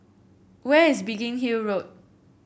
where is Biggin Hill Road